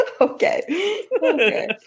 okay